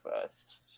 first